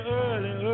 early